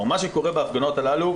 מה שקורה בהפגנות האלה,